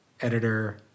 editor